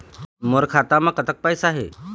मोर खाता मे कतक पैसा हे?